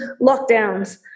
lockdowns